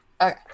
Okay